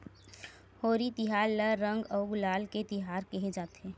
होरी तिहार ल रंग अउ गुलाल के तिहार केहे जाथे